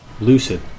Lucid